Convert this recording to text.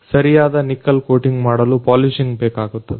ಸರಿಯಾದ nickel coating ಮಾಡಲು polishing ಬೇಕಾಗುತ್ತದೆ